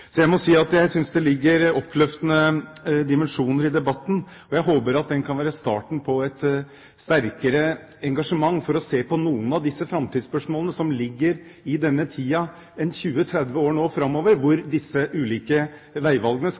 Jeg må si jeg synes det ligger oppløftende dimensjoner i debatten, og jeg håper at den kan være starten på et sterkere engasjement for å se på noen av disse framtidsspørsmålene som ligger 20–30 år fram i tid, hvor disse ulike veivalgene skal